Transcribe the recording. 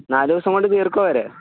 നാല് ദിവസം കൊണ്ട് തീർക്കോ അവർ